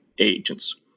agents